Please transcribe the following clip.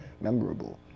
memorable